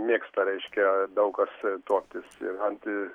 mėgsta reiškia daug kas tuoktis ir ant